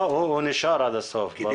הוא נשאר עד הסוף ברור.